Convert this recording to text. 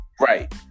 Right